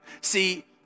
See